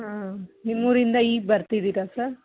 ಹಾಂ ನಿಮ್ಮೂರಿಂದ ಈಗ ಬರ್ತಿದ್ದೀರಾ ಸರ್